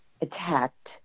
attacked